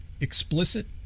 explicit